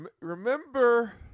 Remember